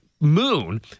moon